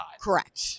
correct